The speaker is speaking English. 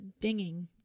dinging